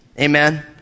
Amen